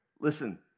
Listen